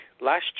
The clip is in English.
last